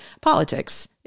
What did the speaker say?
politics